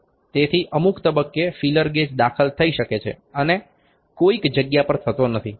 તેથી અમુક તબક્કે ફીલર ગેજ દાખલ થઇ શકે છે અને કોઈક જગ્યા પર થતો નથી